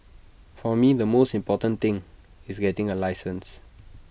for me the most important thing is getting A license